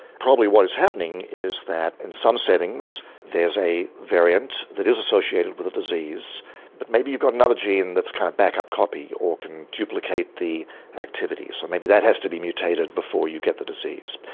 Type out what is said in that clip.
probably what is happening is that in some settings there's a variant that is associated with a disease, but maybe you've got another gene that's a kind of backup copy or can duplicate the activity, so maybe that has to be mutated before you get the disease.